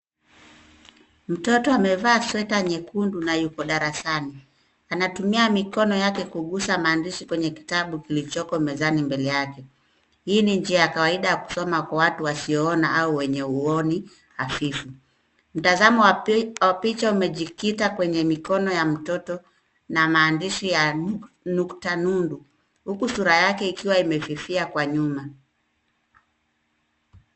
Mtoto amevaa sweta nyekundu na yuko darasani. Anatumia mikono yake kuguza maandishi kwenye kitabu kilichoko mezani mbele yake. Hii ni njia ya kawaida ya kusoma kwa watu wasioona au wenye uoni hafifu. Mtazamo wa picha umejikita kwenye mikono ya mtoto na maandishi ya nukta nundu huku sura yake ikiwa imefifia kwa nyuma.